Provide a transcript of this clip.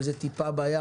אבל זה טיפה בים.